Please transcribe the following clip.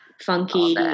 funky